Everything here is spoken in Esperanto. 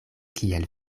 kiel